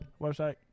Website